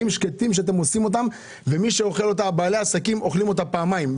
שקטים שאתם עושים ובעלי העסקים "אוכלים אותה" פעמיים.